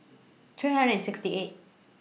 three hundred and sixty eight